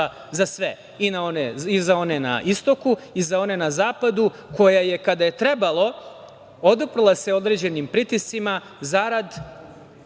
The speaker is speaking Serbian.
za sve i za one na istoku i za one na zapadu, koja je, kada je trebalo oduprela se određenim pritiscima zarad